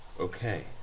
Okay